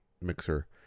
mixer